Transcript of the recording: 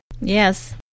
yes